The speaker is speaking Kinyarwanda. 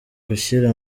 gushyira